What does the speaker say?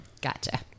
Gotcha